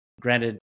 Granted